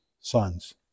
sons